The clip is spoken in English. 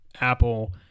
Apple